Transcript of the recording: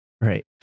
Right